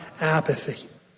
apathy